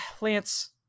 Lance